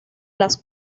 las